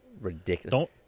Ridiculous